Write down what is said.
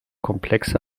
komplexe